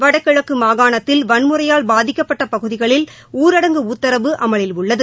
வடகிழக்கு மாகாணத்தில் வன்முறையால் பாதிக்கப்பட்ட பகுதிகளில் ஊரடங்கு உத்தரவு அமலில் உள்ளது